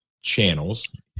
channels